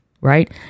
Right